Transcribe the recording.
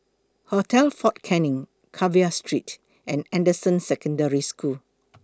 Hotel Fort Canning Carver Street and Anderson Secondary School